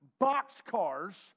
boxcars